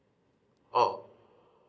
oh